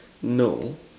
no